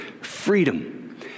freedom